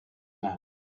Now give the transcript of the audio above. mouth